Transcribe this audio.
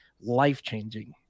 life-changing